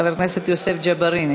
חבר הכנסת יוסף ג'בארין,